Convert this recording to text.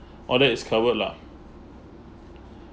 all that is covered lah